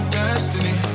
destiny